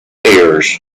ears